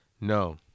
No